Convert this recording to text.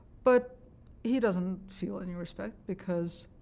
but he doesn't feel any respect, because